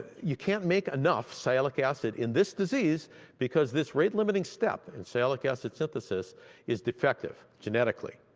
you can't make enough sialic acid in this disease because this rate-limiting step in sialic acid synthesis is defective genetically,